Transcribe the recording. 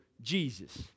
Jesus